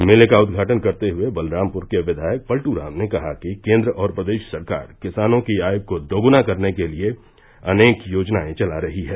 मेले का उद्घाटन करते हये बलरामप्र के विधायक पलटू राम ने कहा कि केन्द्र और प्रदेश सरकार किसानों की आय को दोगुना करने के लिये अनेक योजनायें चला रही है